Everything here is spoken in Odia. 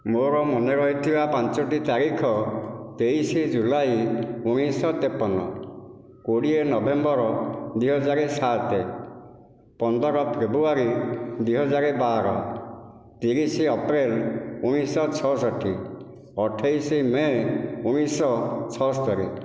ମୋର ମନେ ରହିଥିବା ପାଞ୍ଚଟି ତାରିଖ ତେଇଶ ଜୁଲାଇ ଉଣାଇଶଶହ ତେପନ କୋଡ଼ିଏ ନଭେମ୍ବର ଦୁଇହଜାର ସାତ ପନ୍ଦର ଫେବ୍ରୁଆରୀ ଦୁଇହଜାର ବାର ତିରିଶ ଅପ୍ରେଲ ଉଣାଇଶଶହ ଛଅଷଠି ଅଠେଇଶ ମେ ଉଣାଇଶଶହ ଛଅସ୍ତରୀ